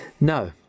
no